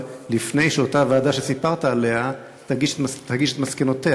לפני שאותה ועדה שסיפרת עליה תגיש את מסקנותיה?